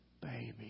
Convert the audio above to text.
baby